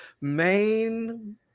main